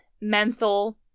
menthol